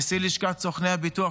נשיא לשכת סוכני הביטוח,